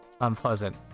unpleasant